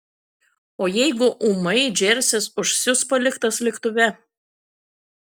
o jeigu ūmai džersis užsius paliktas lėktuve